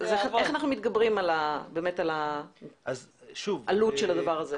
איך אנחנו מתגברים על העלות של הדבר הזה?